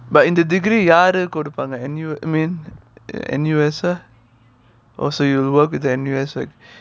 but in the degree யாருக்கு கொடுப்பாங்க:yaarukku kodupaanga N_U~ I mean N_U_S uh oh so you work with N_U_S school of computer science